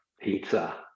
pizza